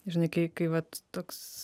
žinai kai kai vat toks